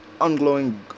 ongoing